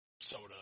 soda